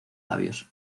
labios